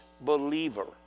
believer